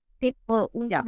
people